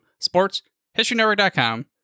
sportshistorynetwork.com